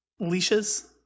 Leashes